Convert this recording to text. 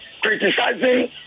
criticizing